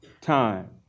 time